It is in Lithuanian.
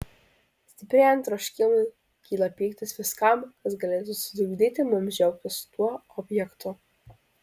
stiprėjant troškimui kyla pyktis viskam kas galėtų sutrukdyti mums džiaugtis tuo objektu